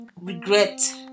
regret